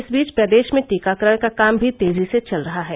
इस बीच प्रदेश में टीकाकरण का काम भी तेजी से चल रहा है